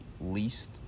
least